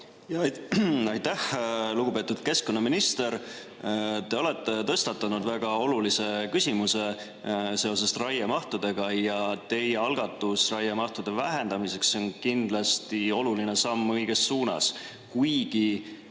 Aitäh! Lugupeetud keskkonnaminister! Te olete tõstatanud väga olulise küsimuse seoses raiemahuga. Teie algatus raiemahu vähendamiseks on kindlasti oluline samm õiges suunas. Kuigi